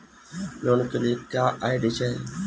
Loan के लिए क्या आई.डी चाही?